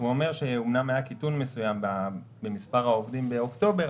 הוא אומר שאומנם היה קיטון מסוים במספר העובדים באוקטובר,